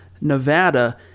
Nevada